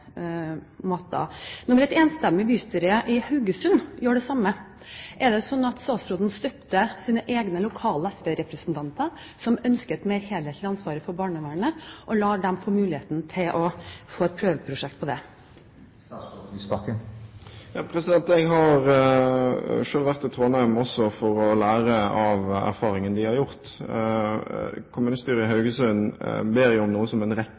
vil et enstemmig bystyre i Haugesund gjøre det samme. Er det slik at statsråden støtter sine egne lokale SV-representanter, som ønsker et mer helhetlig ansvar for barnevernet, og lar dem få muligheten til et prøveprosjekt på det? Jeg har selv vært i Trondheim også for å lære av erfaringen de har gjort. Kommunestyret i Haugesund ber jo om noe som en rekke